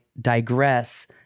digress